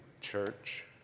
church